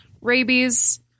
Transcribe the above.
rabies